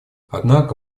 однако